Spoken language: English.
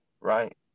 right